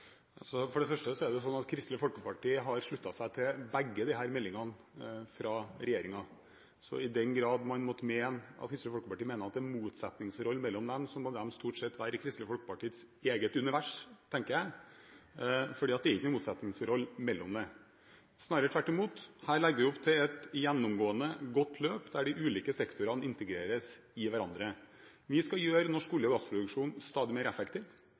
For det første har Kristelig Folkeparti sluttet seg til begge disse meldingene fra regjeringen, så i den grad Kristelig Folkeparti mener at det er motsetningsforhold mellom dem, må de stort sett være i Kristelig Folkepartis eget univers, tenker jeg, for det er ikke noe motsetningsforhold mellom dem. Snarere tvert imot, her legger vi opp til et gjennomgående godt løp der de ulike sektorene integreres i hverandre. Vi skal gjøre norsk olje- og gassproduksjon stadig mer effektiv,